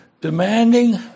demanding